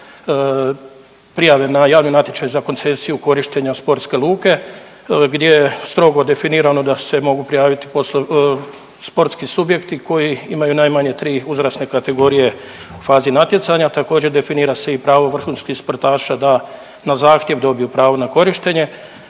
prijave na javni natječaj za koncesiju korištenja sportske luke gdje je strogo definirano da se mogu prijaviti sportski subjekti koji imaju najmanje tri uzrasne kategorije u fazi natjecanja, također definira se i pravo vrhunskih sportaša da na zahtjev dobiju pravo na korištenje